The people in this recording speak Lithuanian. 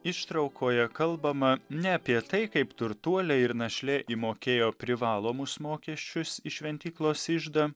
ištraukoje kalbama ne apie tai kaip turtuoliai ir našlė įmokėjo privalomus mokesčius į šventyklos iždą